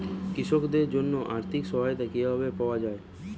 কৃষকদের জন্য আর্থিক সহায়তা কিভাবে পাওয়া য়ায়?